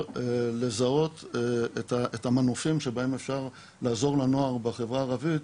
לזהות את המנופים שבהם אפשר לעזור לנוער בחברה הערבית